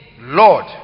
Lord